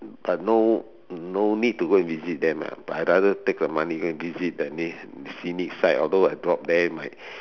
but no no need to go and visit them lah but I rather take the money go visit the na~ scenic site although I drop there my